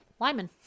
Lyman